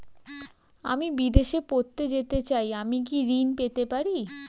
আমি বিদেশে পড়তে যেতে চাই আমি কি ঋণ পেতে পারি?